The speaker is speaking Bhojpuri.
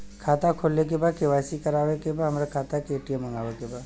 खाता खोले के बा के.वाइ.सी करावे के बा हमरे खाता के ए.टी.एम मगावे के बा?